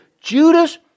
Judas